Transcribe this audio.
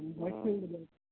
आनी खंयची फिल्ड रे